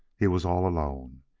he was all alone.